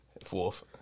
Fourth